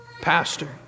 pastor